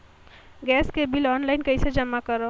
Gas के bill online कइसे जमा करव?